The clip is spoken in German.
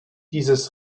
dieses